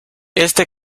este